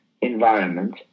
environment